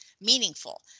meaningful